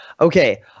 Okay